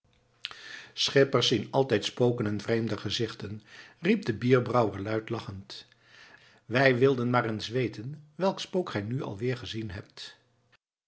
schippers zien altijd spoken en vreemde gezichten riep de bierbrouwer luid lachend wij wilden maar eens weten welk spook gij nu alweer gezien hebt